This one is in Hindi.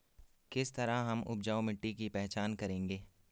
किस तरह हम उपजाऊ मिट्टी की पहचान करेंगे?